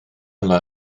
yma